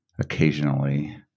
occasionally